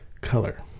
color